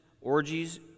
orgies